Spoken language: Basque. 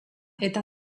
eta